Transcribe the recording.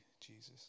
Jesus